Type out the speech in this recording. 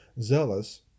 zealous